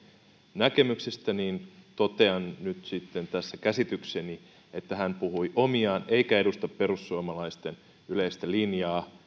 näkemyksestä totean nyt sitten tässä käsitykseni että hän puhui omiaan eikä edusta perussuomalaisten yleistä linjaa